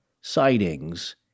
sightings